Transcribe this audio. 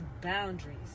boundaries